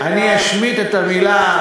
אני אשמיט את המילה,